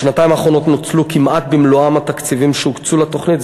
בשנתיים האחרונות נוצלו כמעט במלואם התקציבים שהוקצו לתוכנית.